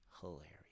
hilarious